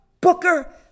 Booker